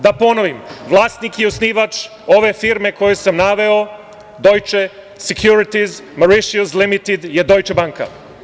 Da ponovim, vlasnik i osnivač ove firme koje sam naveo „Deutsche securities Mauritius limited“ je „Dojče banka“